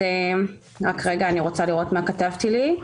אז רק רגע אני רוצה לראות מה כתבתי לי.